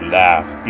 laugh